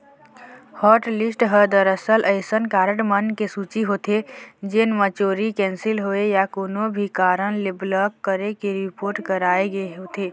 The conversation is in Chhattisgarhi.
हॉटलिस्ट ह दरअसल अइसन कारड मन के सूची होथे जेन म चोरी, कैंसिल होए या कोनो भी कारन ले ब्लॉक करे के रिपोट कराए गे होथे